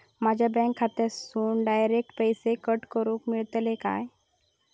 माझ्या बँक खात्यासून डायरेक्ट पैसे कट करूक मेलतले काय?